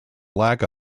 lack